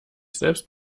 selbst